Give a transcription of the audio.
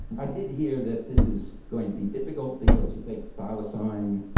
i did hear that this is going to be difficult because you think thylacine,